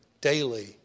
daily